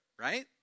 Right